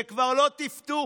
זה כבר לא טפטוף,